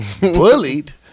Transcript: bullied